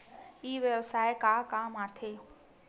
ई व्यवसाय का काम आथे?